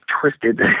twisted